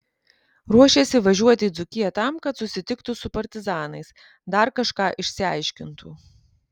ruošėsi važiuoti į dzūkiją tam kad susitiktų su partizanais dar kažką išsiaiškintų